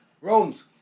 Rome's